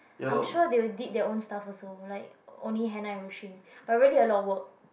I am sure they will did their own stuff also like only hand wipe machine but really a lot of work